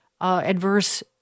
adverse